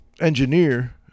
engineer